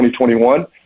2021